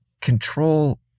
control